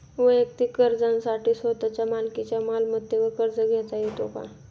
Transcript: वैयक्तिक गरजांसाठी स्वतःच्या मालकीच्या मालमत्तेवर कर्ज घेता येतो का?